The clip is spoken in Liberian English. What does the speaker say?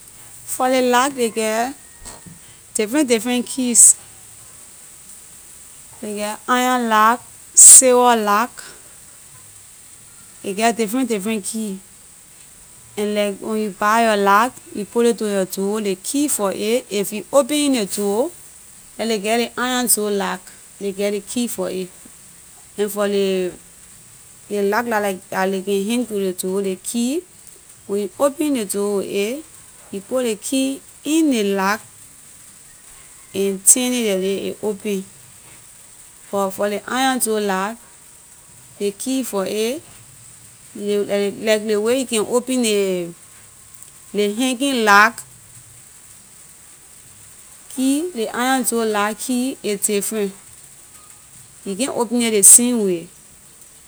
For ley lock ley geh different different keys. Ley geh iron lock, silver lock- ley geh different different key. And like when you buy yor lock, you put it to yor door, ley key for it- if you opening ley door- like ley geh ley iron door lock- ley geh ley key for it and for ley- ley lock dah ley can hang to the door, ley key- when you opening ley door with it, you put ley key in ley lock and turn it like this, aay open; but for ley iron door lock, ley key for it- like ley way you can open ley- hanging lock key, ley iron door lock key aay different. You can't open it ley same way.